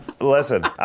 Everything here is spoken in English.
Listen